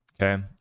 okay